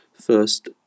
first